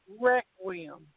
Requiem